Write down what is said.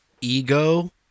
Ego